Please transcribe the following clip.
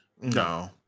No